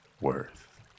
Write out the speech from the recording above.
worth